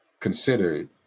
considered